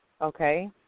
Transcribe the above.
okay